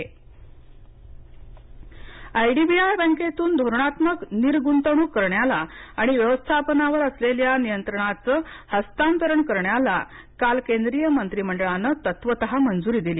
केंद्रीय मंत्रीमंडळ आयडीबीआय बँकेमधून धोरणात्मक निर्गुतवणूक करण्याला आणि व्यवस्थापनावर असलेल्या नियंत्रणाचं हस्तांतरण करण्याला काल केंद्रीय मंत्रीमंडळानं तत्त्वतः मंजुरी दिली